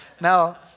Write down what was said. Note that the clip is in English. Now